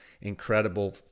incredible